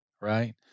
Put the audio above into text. right